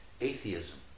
atheism